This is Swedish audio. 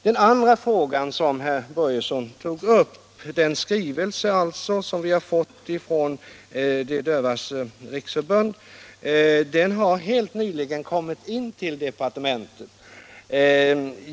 Den andra frågan som herr Börjesson i Falköping tog upp gällde den skrivelse som vi har fått från Sveriges dövas riksförbund. Den har helt nyligen kommit till departementet.